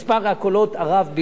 במקום שלושה סיבובים,